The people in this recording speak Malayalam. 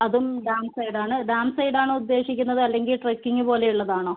അതും ഡാം സൈഡ് ആണ് ഡാം സൈഡ് ആണോ ഉദ്ദേശിക്കുന്നത് അല്ലെങ്കിൽ ട്രക്കിങ്ങ് പോലെയുള്ളത് ആണോ